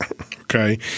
okay